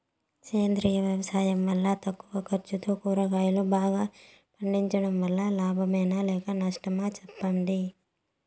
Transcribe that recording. సేంద్రియ వ్యవసాయం వల్ల తక్కువ ఖర్చుతో కూరగాయలు బాగా పండించడం వల్ల లాభమేనా లేక నష్టమా సెప్పండి